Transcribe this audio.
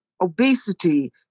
obesity